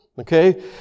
okay